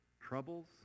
troubles